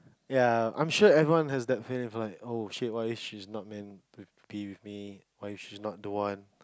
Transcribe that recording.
ya I'm sure everyone has that feeling before oh shit why she's not meant to be what if she's not the one